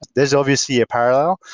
there's obviously a parallel.